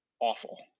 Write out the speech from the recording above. awful